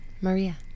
Maria